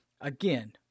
again